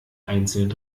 einzeln